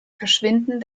verschwinden